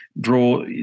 draw